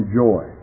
joy